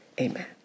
Amen